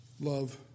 love